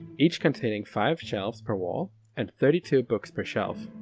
each containing five shelves per wall and thirty two books per shelf.